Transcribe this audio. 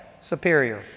superior